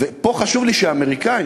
פה חשוב לי שהאמריקנים